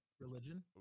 Religion